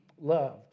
loved